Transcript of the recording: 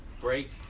break